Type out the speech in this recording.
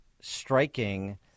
striking